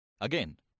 again